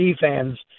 fans